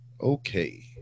Okay